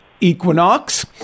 equinox